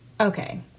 Okay